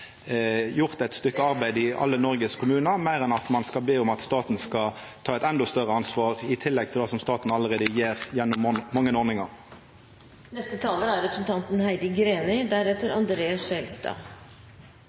gjort eit stykke arbeid i alle kommunane i Noreg heller enn å be om at staten skal ta eit endå større ansvar, i tillegg til det staten allereie gjer gjennom mange